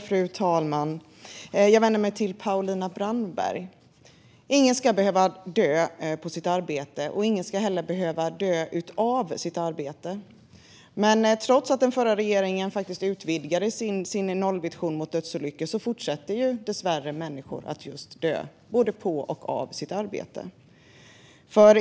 Fru talman! Jag vänder mig till Paulina Brandberg. Ingen ska behöva dö på sitt arbete. Ingen ska heller behöva dö av sitt arbete. Trots att förra regeringen faktiskt utvidgade sin nollvision mot dödsolyckor fortsätter dessvärre människor att dö både på och av sina arbeten.